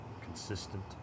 consistent